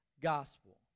gospel